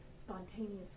spontaneously